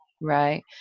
right